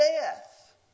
death